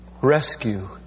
rescue